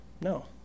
No